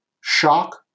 shock